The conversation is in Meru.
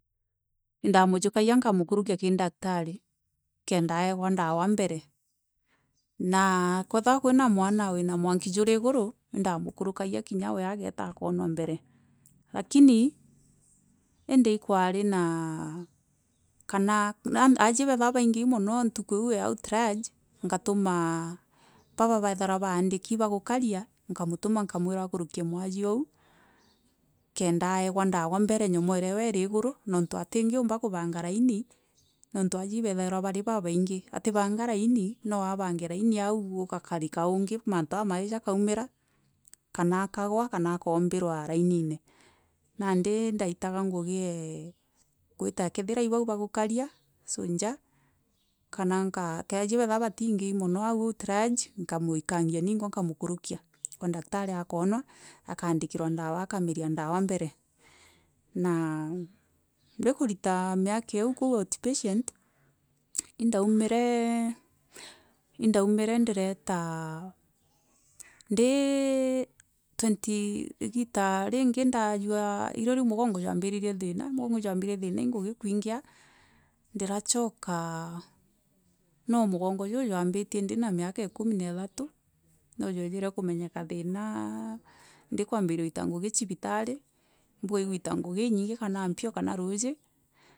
Ndamujukagia nkamukurukia kiri daktari kenda aegwa dawa mbere na kethirwa kwina mwana wiina mwaki juri iguru indamukurukagia kinya gwe ageeta akaonwa mbere lakini Indi ikwari naa kana aajie betherwa baingei mono ntuku iiu e nkamwira akurukie mwajie oo kenda aeegwa ndawa mbere nyomwera ewe iri iguru niuntu atingiumba kubanga laini niuntu aajire, ibethagirwa bee babaingi atibanga laini no abange laini au kugakarika uungi mantu jama ii gakuumera kana akabanga akagwa laini ne. Nandi itaitaga ngugi ee gwita kethira Ii bau bagukaria soldier kana kethirwa batingei mono au triage nkamuikangia ningwa nkamukurukia kwa daktari akoonwa akaandikirwa ndawa akaambiria ndawa mbere na ndikurila miaka iu kau outpatient indaumire ndireeta ndii irio riu mugongo juu jwambiririe ndina miaka ikumi na ithatu no jwejire kumenyeka thiina ndi kwambiria kuiita ngugi cibitari mbua igwita njugi inyingi kana mpio kana ruuji.